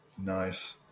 Nice